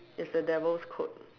it's the devil's code